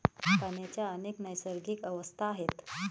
पाण्याच्या अनेक नैसर्गिक अवस्था आहेत